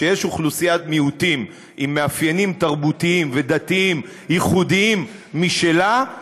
כשיש אוכלוסיית מיעוטים עם מאפיינים תרבותיים ודתיים ייחודיים משלה,